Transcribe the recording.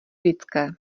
lidské